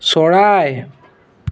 চৰাই